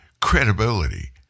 credibility